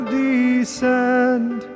descend